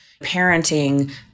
parenting